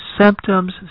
symptoms